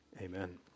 Amen